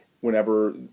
whenever